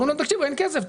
אמרו לנו שאין כסף.